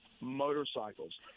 motorcycles